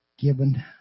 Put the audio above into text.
given